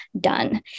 done